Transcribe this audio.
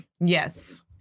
Yes